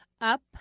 up